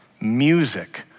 music